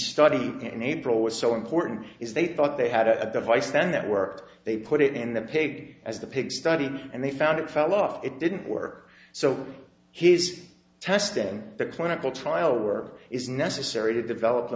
study in april was so important is they thought they had a device then that worked they put it in the paper as the pig study and they found it fell off it didn't work so his test and the clinical trial work is necessary to develop the